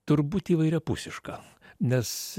turbūt įvairiapusiška nes